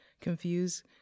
confused